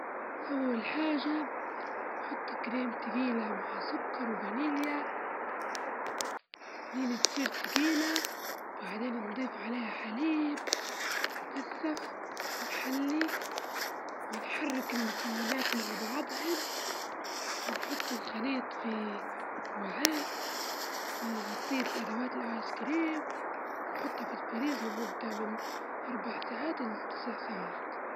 أول حاجة اتأكد إن الخدم يعمل نجرب نعيد تشغيله وإذا ما صار شي نتأكد من الكابل المتصل بالخادم ونجرب نوصل الإنترنت بالجهاز مباشرة وإذا كان واي فاي مايخدمش وإذا المشكلة مستمرة نتصلوا بخدمة العملا.